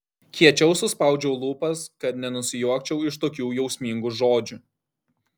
kiečiau suspaudžiu lūpas kad nenusijuokčiau iš tokių jausmingų žodžių